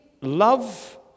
love